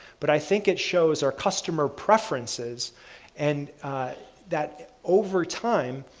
but i think it shows our customer preferences and that over time,